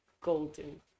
golden